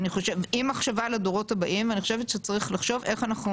עם מחשבה לדורות הבאים ואני חושבת שאנחנו צריכים לחשוב איך אנחנו